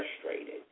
frustrated